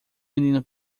menino